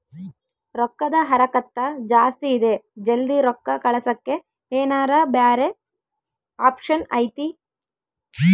ರೊಕ್ಕದ ಹರಕತ್ತ ಜಾಸ್ತಿ ಇದೆ ಜಲ್ದಿ ರೊಕ್ಕ ಕಳಸಕ್ಕೆ ಏನಾರ ಬ್ಯಾರೆ ಆಪ್ಷನ್ ಐತಿ?